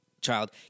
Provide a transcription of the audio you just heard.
child